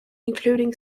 including